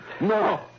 No